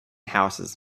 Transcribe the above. houses